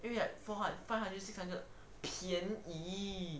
因为 like four hundred five hundred six hundred 廉价